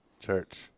Church